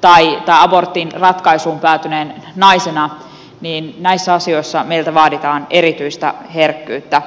tai aborttiratkaisuun päätyneenä naisena näissä asioissa meiltä vaaditaan erityistä herkkyyttä